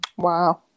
Wow